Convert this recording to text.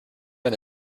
and